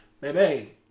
baby